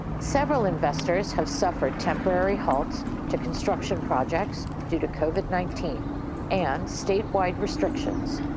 several investors have suffered temporary halts to construction projects due to covid nineteen and statewide restrictions.